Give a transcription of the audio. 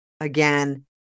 again